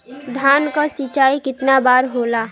धान क सिंचाई कितना बार होला?